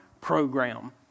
program